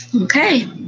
Okay